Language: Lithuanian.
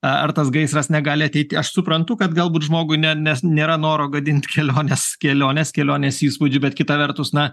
ar tas gaisras negali ateiti aš suprantu kad galbūt žmogui ne nes nėra noro gadinti kelionės kelionės kelionės įspūdžių bet kita vertus na